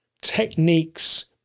techniques